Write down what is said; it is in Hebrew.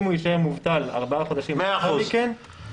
אם הוא יישאר מובטל ארבעה חודשים לאחר מכן --- מאה אחוז.